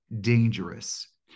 dangerous